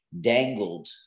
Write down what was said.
dangled